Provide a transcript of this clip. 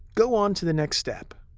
go on to the next step.